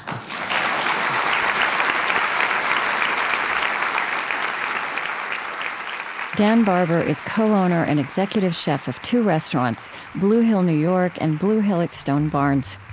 um dan barber is co-owner and executive chef of two restaurants blue hill new york and blue hill at stone barns.